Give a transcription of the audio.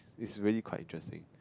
it's really quite interesting